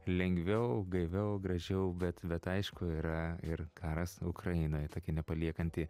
lengviau gaiviau gražiau bet bet aišku yra ir karas ukrainoj tokia nepaliekanti